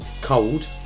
cold